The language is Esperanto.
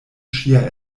ŝia